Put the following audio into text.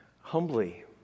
humbly